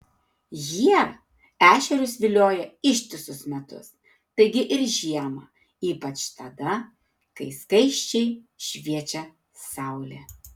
jie ešerius vilioja ištisus metus taigi ir žiemą ypač tada kai skaisčiai šviečia saulė